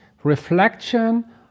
reflection